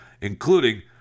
including